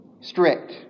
strict